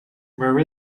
where